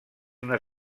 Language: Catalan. una